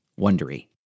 wondery